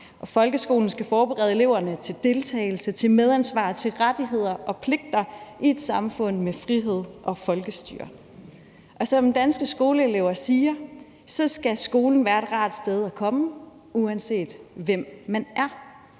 Folkeskolen skal forberede eleverne til deltagelse, til medansvar og til rettigheder og pligter i et samfund med frihed og folkestyre. Som Danske Skoleelever siger, skal skolen være et rart sted at komme, uanset hvem man er.